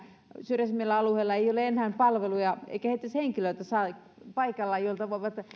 syrjäisemmillä alueilla ei ole enää palveluja eikä edes paikalla henkilöitä joilta